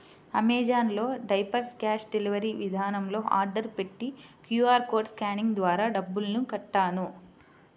Amazon లో diapers cash delivery విధానంలో order పెట్టి క్యూ.ఆర్ కోడ్ స్కానింగ్ ద్వారా డబ్బులు కట్టాను